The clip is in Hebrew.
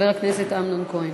אמנון כהן.